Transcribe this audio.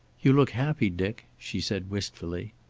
you look happy, dick, she said wistfully.